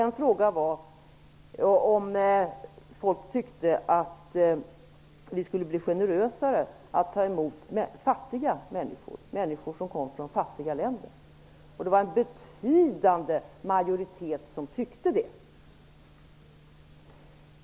En fråga var om folk tyckte att vi skulle bli generösare med att ta emot fattiga människor, människor som kommer från fattiga länder. Det var en betydande majoritet som tyckte det.